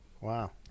Wow